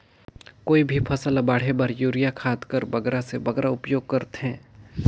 कोई भी फसल ल बाढ़े बर युरिया खाद कर बगरा से बगरा उपयोग कर थें?